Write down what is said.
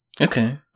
Okay